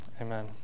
amen